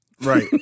Right